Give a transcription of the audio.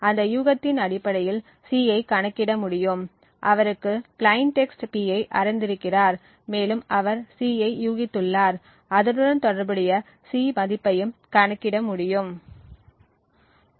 அந்த யூகத்தின் அடிப்படையில் C ஐக் கணக்கிட முடியும் அவருக்கு பிலைன் டெக்ஸ்ட் P ஐ அறிந்திருக்கிறார் மேலும் அவர் C ஐ யூகித்துள்ளார் அதனுடன் தொடர்புடைய C மதிப்பையும் கணக்கிட முடியும்